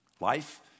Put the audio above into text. life